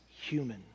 human